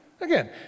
Again